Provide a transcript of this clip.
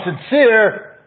Sincere